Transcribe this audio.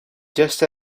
just